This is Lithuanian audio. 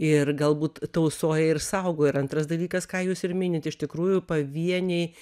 ir galbūt tausoja ir saugo ir antras dalykas ką jūs ir minit iš tikrųjų pavieniai